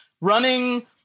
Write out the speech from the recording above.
running